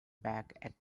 back